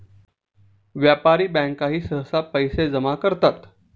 व्यापारी बँकाही सहसा पैसे जमा करतात